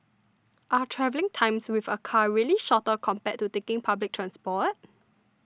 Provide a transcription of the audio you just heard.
are travelling times with a car really shorter compared to taking public transport